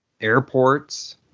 Airports